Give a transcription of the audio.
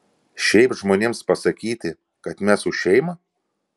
šiaip žmonėms pasakyti kad mes už šeimą